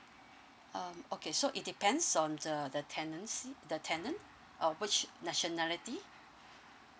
um okay so it depends on the the tenancy the tenant uh which nationality